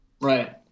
right